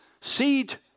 seed